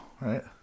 right